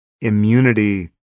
immunity